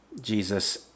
Jesus